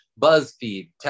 BuzzFeed